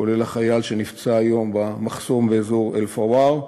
כולל החייל שנפצע היום במחסום באזור אל-פוואר,